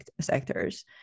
sectors